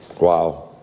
Wow